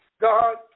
God